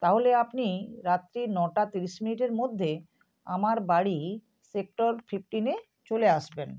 তাহলে আপনি রাত্রি নটা তিরিশ মিনিটের মধ্যে আমার বাড়ি সেক্টর ফিফটিনে চলে আসবেন